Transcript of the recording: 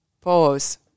pause